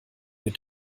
mit